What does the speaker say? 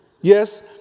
Yes